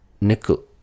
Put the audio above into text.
nickel